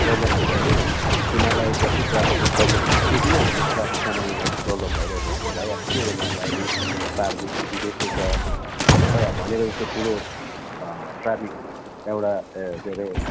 problem हुन्छ कि तिमीहरूलाई जति ट्राफिकको प्रोब्लम हुन्छ त्यति नै हामी ट्राफिक सम्हाल्नेलाई प्रोब्लम भइराखेको हुन्छ भाइ अब के गर्नु अब अहिले पाहाडको स्थिति त्यस्तै छ खै अब भनेको जस्तो ठुलो ट्राफिक एउटा के हरे